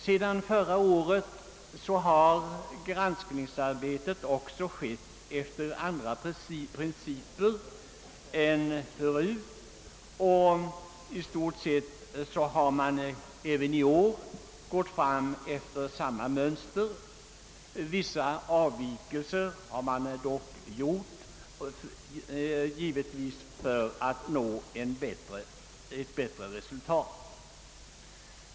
Sedan förra året sker granskningsarbetet också efter andra principer än förut. I stort sett har man även i år gått fram efter samma mönster som då. Vissa avvikelser har man dock gjort, givetvis för att nå ett bättre resultat.